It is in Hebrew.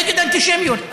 נגד אנטישמיות.